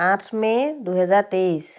আঠ মে' দুহেজাৰ তেইছ